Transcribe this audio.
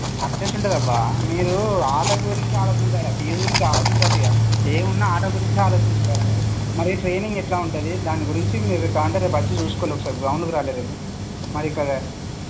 అట్టెట్లుంటుందబ్బా మీరు ఆట గురించి ఆలోచించాల దీని గురించి ఆలోచించొద్దు ఇక ఏమున్నా ఆట గురించే ఆలోచించుతారు మీరు మరి ట్రైనింగ్ ఎట్లా ఉంటది దాని గురించి మీరు కావాలంటే రేపు వచ్చి చూసుకోండి ఒకసారి గ్రౌండ్కి రావాలి రేపు మరి ఇక్కడ